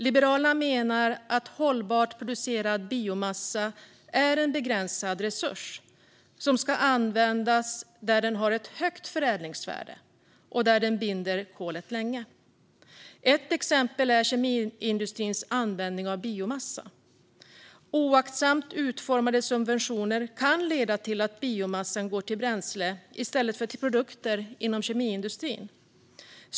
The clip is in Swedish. Liberalerna menar att hållbart producerad biomassa är en begränsad resurs som ska användas där den har högt förädlingsvärde och där den binder kolet länge. Ett exempel är kemiindustrins användning av biomassa. Oaktsamt utformade subventioner kan leda till att biomassan går till bränslen i stället för till produkter i kemiindustrin.